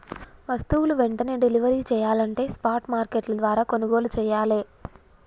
వస్తువులు వెంటనే డెలివరీ చెయ్యాలంటే స్పాట్ మార్కెట్ల ద్వారా కొనుగోలు చెయ్యాలే